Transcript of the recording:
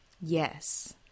Yes